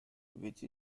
which